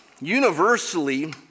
Universally